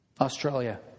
Australia